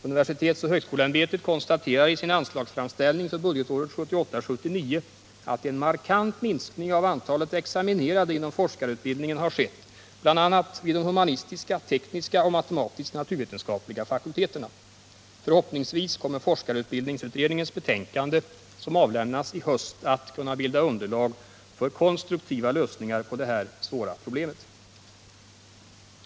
UHÄ konstaterar i sin anslagsframställning för budgetåret 1978/79 att en markant minskning av antalet examinerade inom forskarutbildningen har skett bl.a. vid de humanistiska, tekniska och matematisk-naturvetenskapliga fakulteterna. Förhoppningsvis kommer forskarutbildningsutredningens betänkande, som just avlämnats, att kunna bilda underlag för konstruktiva lösningar på det här svåra problemet.